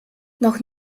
noch